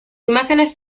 imágenes